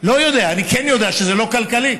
אני כן יודע שזה לא כלכלי,